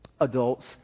adults